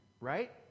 right